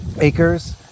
acres